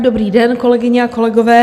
Dobrý den, kolegyně, kolegové.